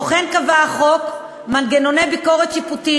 כמו כן קבע החוק מנגנוני ביקורת שיפוטית